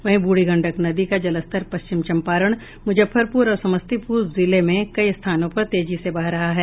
वहीं ब्रुढ़ी गंडक नदी का जलस्तर पश्चिम चंपारण मूजफ्फरपूर और समस्तीपूर जिले में कई स्थानों पर तेजी से बढ़ रहा है